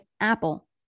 Apple